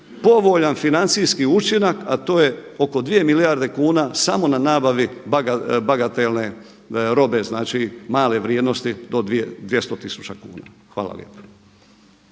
povoljan financijski učinak, a to je oko 2 milijarde kuna samo na nabavi bagatelne robe, znači male vrijednosti do 200 tisuća kuna. Hvala lijepo.